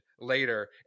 later